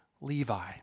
Levi